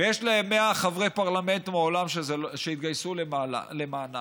ויש להם 100 חברי פרלמנט בעולם שהתגייסו למענם,